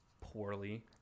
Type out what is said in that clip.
poorly